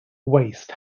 waste